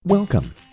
Welcome